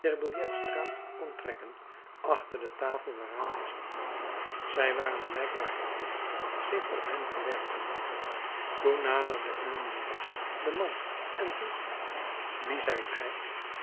kon trekken achter de tafel waaraan hij zat zij waren blijkbaar gereed zich op hem te werpen toen naderde enjolras den man en vroeg hem wie zijt gij